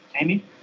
Amy